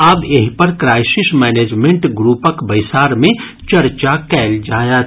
आब एहि पर क्राईसिस मैनेजमेंट ग्रुप बैसार मे चर्चा कयल जायत